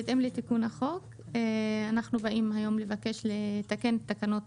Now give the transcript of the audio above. בהתאם לתיקון החוק אנחנו באים היום לבקש לתקן את תקנות